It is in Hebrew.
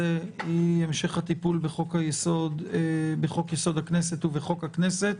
זה המשך הטיפול בחוק-יסוד: הכנסת ובחוק הכנסת.